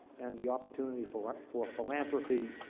and the opportunity for for philanthropy,